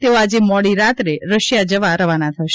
તેઓ આજે મોડી રાત્રે રશિયા જવા રવાના થશે